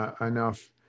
enough